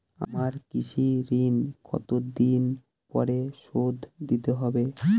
আমার কৃষিঋণ কতদিন পরে শোধ দিতে হবে?